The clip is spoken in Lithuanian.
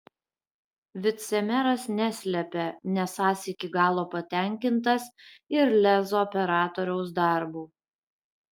vicemeras neslepia nesąs iki galo patenkintas ir lez operatoriaus darbu